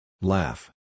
Laugh